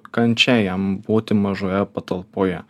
kančia jam būti mažoje patalpoje